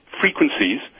frequencies